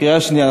קריאה שנייה.